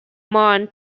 marne